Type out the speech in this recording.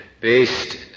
based